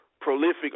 prolific